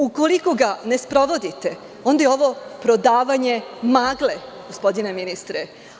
Ukoliko ga ne sprovodite, onda je ovo prodavanje magle, gospodine ministre.